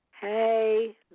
hey